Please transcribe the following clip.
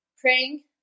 praying